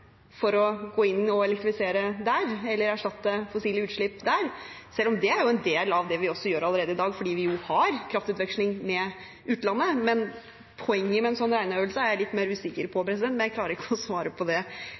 for å gå inn og elektrifisere der, eller erstatte fossile utslipp der, selv om det er en del av det vi gjør allerede i dag, fordi vi jo har kraftutveksling med utlandet. Poenget med en slik regneøvelse er jeg litt mer usikker på – jeg klarer ikke å svare på det